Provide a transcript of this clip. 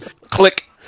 Click